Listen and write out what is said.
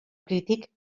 crític